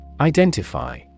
Identify